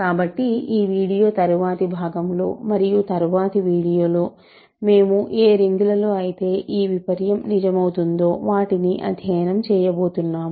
కాబట్టి ఈ వీడియో తరువాతి భాగంలో మరియు తరువాతి వీడియోలో మేము ఏ రింగులలో అయితే ఈ విపర్యమ్ నిజం అవుతుందో వాటిని అధ్యయనం చేయబోతున్నాము